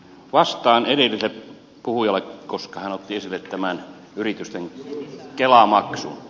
vastaan edelliselle puhujalle koska hän otti esille yritysten kelamaksun